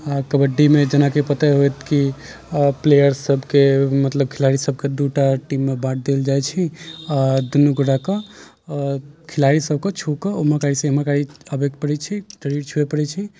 आ कबड्डीमे जेनाकि पते होयत कि प्लेअर सबके मतलब खिलाड़ी सबके दूटा टीममे बाँट देल जाइत छै आ दुनू गोटाके खिलाड़ी सबके छू कऽ ओमहरकारी से एमहरकारी आबैके पड़ैत छै शरीर छूए पड़ैत छै